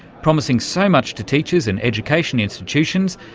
promising so much to teachers and educational institutions,